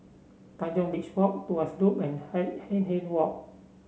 Tanjong Beach Walk Tuas Loop and Hindhede Walk